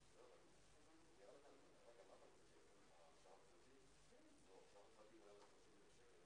ניהלנו גם שיחות פנימיות וגם שיחות עם הסמינר,